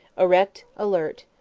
erect, alert,